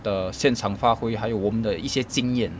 的现场发挥还有我们的一些经验